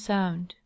Sound